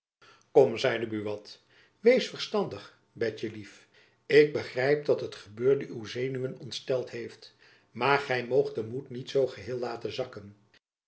zeide buat wees verstandig betjen lief ik begrijp dat het gebeurde uw zenuwen ontsteld heeft maar gy moogt den moed niet zoo geheel laten zakken